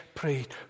prayed